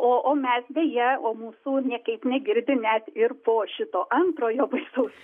o o mes deja o mūsų niekaip negirdi net ir po šito antrojo baisaus